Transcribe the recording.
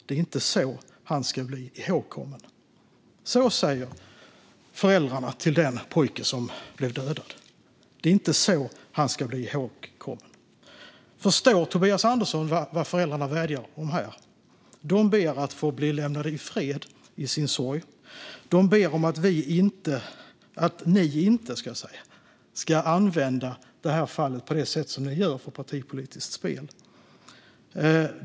Det är inte så han ska bli ihågkommen. Detta säger alltså föräldrarna till den pojke som blev dödad: Det är inte så han ska bli ihågkommen. Förstår Tobias Andersson vad föräldrarna vädjar om här? De ber om att få bli lämnade i fred i sin sorg. De ber om att ni inte ska använda detta fall på det sätt som ni gör för partipolitiskt spel.